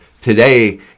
today